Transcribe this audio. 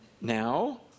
now